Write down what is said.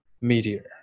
Meteor